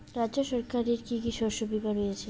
রাজ্য সরকারের কি কি শস্য বিমা রয়েছে?